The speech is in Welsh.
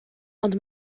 ond